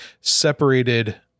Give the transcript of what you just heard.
separated